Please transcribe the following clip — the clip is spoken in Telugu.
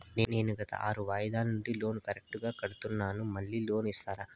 నేను గత ఆరు వాయిదాల నుండి లోను కరెక్టుగా కడ్తున్నాను, మళ్ళీ లోను ఇస్తారా?